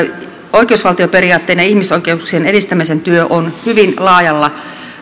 oikeusvaltioperiaatteen ja ihmisoikeuksien edistämisen työ on hyvin laajalla